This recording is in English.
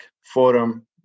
Forum